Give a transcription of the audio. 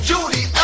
Judy